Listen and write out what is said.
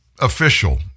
official